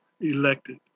elected